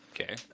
Okay